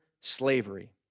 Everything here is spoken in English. slavery